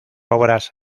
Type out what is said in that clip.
obras